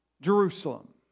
Jerusalem